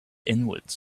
inwards